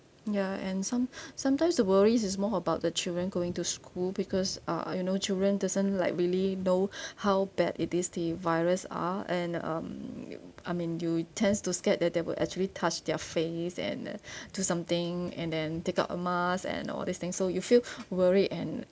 ya and some~ sometimes the worries is more about the children going to school because uh you know children doesn't like really know how bad it is the virus are and um I mean you due tends to scared that they would actually touch their face and uh do something and then take out a mask and all this thing so you feel worried and